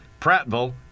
Prattville